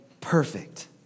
perfect